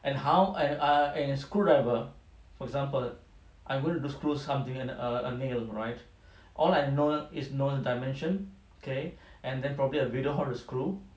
and how and a and a screwdriver for example I want to just screw something and a nail right all I know is known dimension okay and then probably the width of the screw